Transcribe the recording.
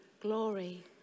glory